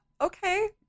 okay